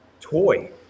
toy